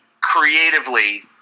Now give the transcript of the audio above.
creatively